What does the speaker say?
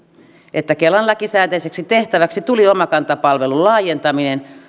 että kelan lakisääteiseksi tehtäväksi tuli omakanta palvelun laajentaminen